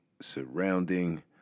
surrounding